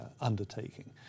undertaking